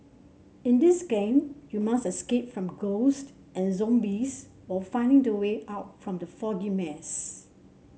in this game you must escape from ghost and zombies while finding the way out from the foggy maze